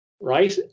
Right